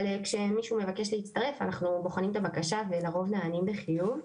אבל כשמישהו מבקש להצטרף אנחנו בוחנים את הבקשה ולרוב נענים בחיוב.